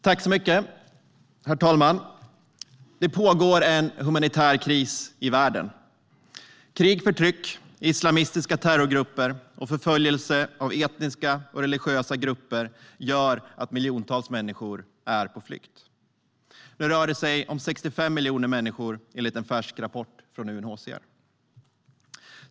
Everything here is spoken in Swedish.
Herr talman! Det pågår en humanitär kris i världen. Krig, förtryck, islamistiska terrorgrupper och förföljelse av etniska och religiösa grupper gör att miljontals människor är på flykt. Nu rör det sig om 65 miljoner människor, enligt en färsk rapport från UNHCR.